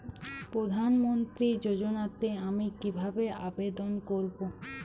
প্রধান মন্ত্রী যোজনাতে আমি কিভাবে আবেদন করবো?